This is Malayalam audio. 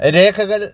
രേഖകൾ